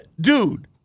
Dude